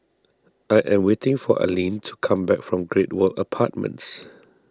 I am waiting for Alene to come back from Great World Apartments